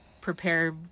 prepare